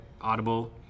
Audible